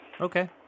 Okay